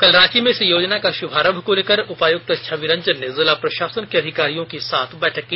कल रांची में इस योजना के शुभारंभ को लेकर उपायुक्त छविरंजन ने जिला प्रशासन के अधिकारियों के साथ बैठक की